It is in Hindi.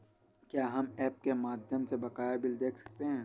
क्या हम ऐप के माध्यम से बकाया बिल देख सकते हैं?